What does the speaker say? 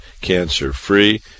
cancer-free